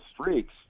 streaks